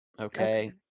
Okay